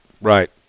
Right